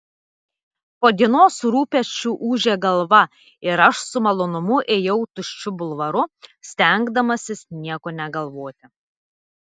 po dienos rūpesčių ūžė galva ir aš su malonumu ėjau tuščiu bulvaru stengdamasis nieko negalvoti